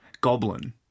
Goblin